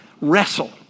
wrestle